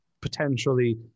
potentially